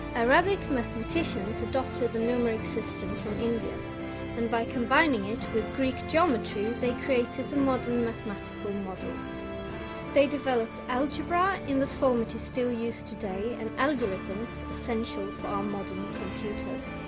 arabica mathematicians adopted the numeric system from india and by combining it with greek geometry they created the modern mathematical model they developed algebra in the fall to still use today and algorithms essential for our modern computers